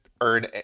earn